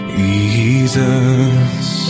Jesus